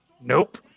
Nope